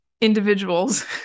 individuals